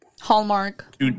Hallmark